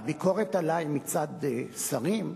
הביקורת עלי מצד שרים,